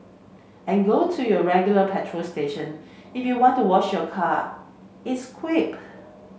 and go to your regular petrol station if you want to wash your car its quipped